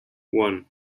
one